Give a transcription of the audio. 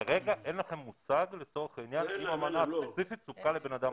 כרגע אין לכם מושג אם המנה הספציפית סופקה לבן אדם שהוא ניצול שואה.